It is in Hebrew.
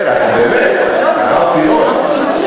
כן, באמת, הרב פירון.